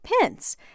pence